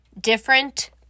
different